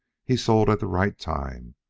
he sold at the right time,